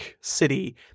city